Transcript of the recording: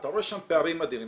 אתה רואה שם פערים אדירים.